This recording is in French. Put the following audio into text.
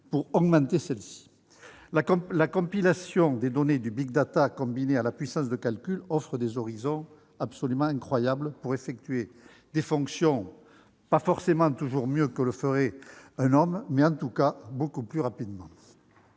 pour augmenter celle-ci ... La compilation de données du big data combinée à la puissance de calcul ouvre des horizons incroyables pour effectuer des fonctions, pas forcément toujours mieux que le ferait un homme, mais en tout cas beaucoup plus rapidement.